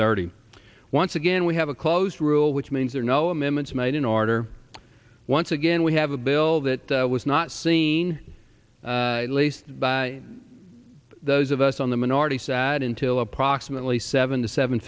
thirty once again we have a close rule which means there are no amendments made in order once again we have a bill that was not seen at least by those of us on the minority sad until approximately seven to seven